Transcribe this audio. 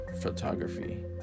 photography